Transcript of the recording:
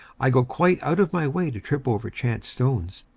i go quite out of my way to trip over chance stones,